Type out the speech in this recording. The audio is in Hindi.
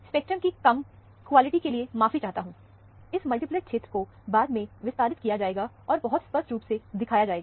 स्पेक्ट्रम की कम क्वालिटी के लिए माफी चाहता हूं इन मल्टीप्लेट क्षेत्रों को बाद में विस्तारित किया जाएगा और बहुत स्पष्ट रूप से दिखाया जाएगा